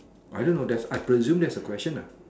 I don't know that's I presume that is a question nah